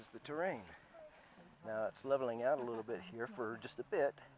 is the terrain leveling out a little bit here for just a bit